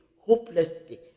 hopelessly